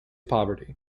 poverty